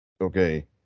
okay